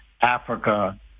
Africa